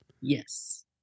Yes